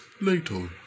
later